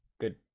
good